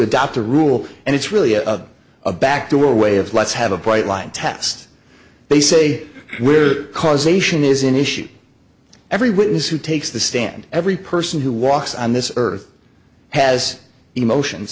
adopt a rule and it's really a of a backdoor way of let's have a bright line test they say we're causation is an issue every witness who takes the stand every person who walks on this earth has emotions